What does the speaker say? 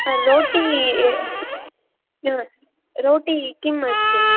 रोटि रोटि किम् अस्ति